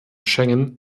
schengen